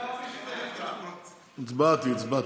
אני הצבעתי,